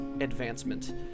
advancement